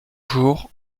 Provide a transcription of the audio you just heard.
jour